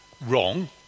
wrong